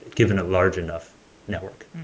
given a large enough network